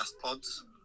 pods